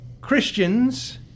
Christians